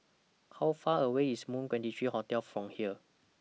How Far away IS Moon twenty three Hotel from here